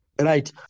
Right